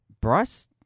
Bryce